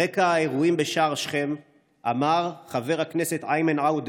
ברקע האירועים בשער שכם כתב חבר הכנסת איימן עודה